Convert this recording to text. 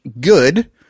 Good